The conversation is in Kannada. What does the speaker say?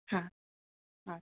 ಹಾಂ ಹಾಂ